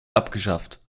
abgeschafft